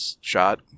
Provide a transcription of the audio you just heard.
shot